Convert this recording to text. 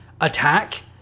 attack